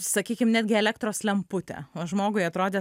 sakykim netgi elektros lemputė žmogui atrodė